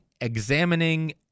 examining